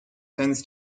tends